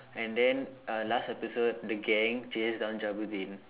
and then uh last episode the gang chased down Jabudeen